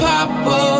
Papa